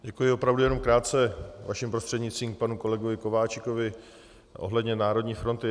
Děkuji, opravdu jenom krátce vaším prostřednictvím k panu kolegovi Kováčikovi ohledně Národní fronty.